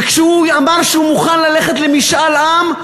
וכשהוא אמר שהוא מוכן ללכת למשאל עם,